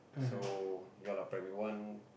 so ya lah primary one